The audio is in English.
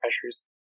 pressures